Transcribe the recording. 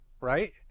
right